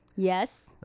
Yes